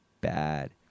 bad